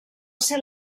ser